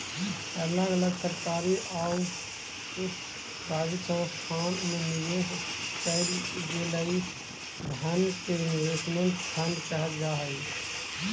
अलग अलग सरकारी औउर प्राइवेट संस्थान में निवेश कईल गेलई धन के इन्वेस्टमेंट फंड कहल जा हई